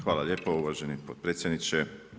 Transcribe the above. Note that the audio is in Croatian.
Hvala lijepa uvaženi potpredsjedniče.